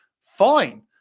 fine